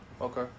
Okay